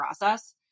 process